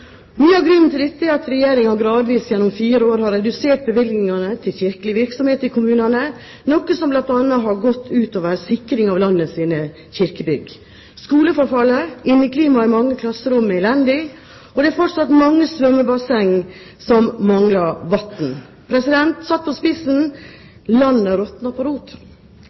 Mye av grunnen til dette er at Regjeringen gjennom fire år gradvis har redusert bevilgningene til kirkelig virksomhet i kommunene, noe som bl.a. har gått ut over sikring av landets kirkebygg. Skoler forfaller, inneklimaet i mange klasserom er elendig, og det er fortsatt mange svømmebasseng som mangler vann. Satt på spissen: Landet råtner på rot.